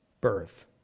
birth